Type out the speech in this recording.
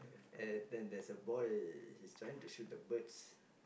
and then there is a boy he is trying to shoot the birds